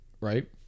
right